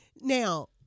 Now